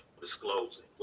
disclosing